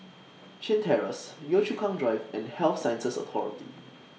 Chin Terrace Yio Chu Kang Drive and Health Sciences Authority